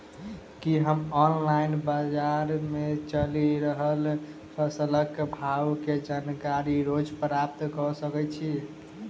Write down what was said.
की हम ऑनलाइन, बजार मे चलि रहल फसलक भाव केँ जानकारी रोज प्राप्त कऽ सकैत छी?